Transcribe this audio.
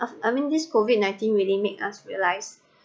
ah I mean this COVID nineteen really make us realize